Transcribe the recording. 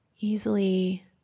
easily